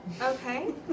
Okay